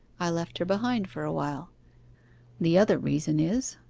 i left her behind for awhile. the other reason is,